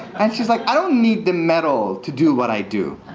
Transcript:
and she's like, i don't need the medal to do what i do.